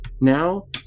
Now